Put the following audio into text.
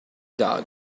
dog